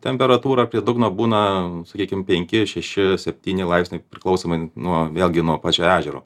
temperatūra prie dugno būna sakykim penki šeši septyni laipsniai priklausomai nuo vėlgi nuo pačio ežero